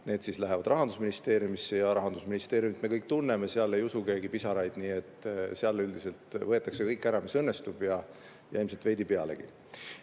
Need lähevad Rahandusministeeriumisse. Ja Rahandusministeeriumit me kõik tunneme, seal ei usu keegi pisaraid. Nii et seal üldiselt võetakse ära kõik, mis õnnestub, ja ilmselt veidi pealegi. Nüüd,